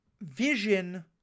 vision